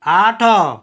ଆଠ